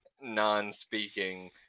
non-speaking